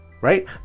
right